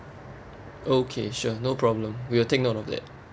okay sure no problem we'll take note of that